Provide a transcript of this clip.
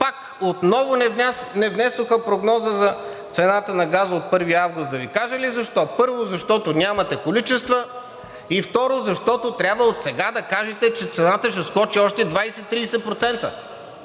пак отново не внесоха прогноза за цената на газа от 1 август? Да Ви кажа ли защо? Първо, защото нямате количества. И второ, защото трябва отсега да кажете, че цената ще скочи още 20 – 30%.